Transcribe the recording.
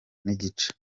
n’igice